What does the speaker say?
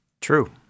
True